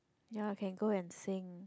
ya can go and sing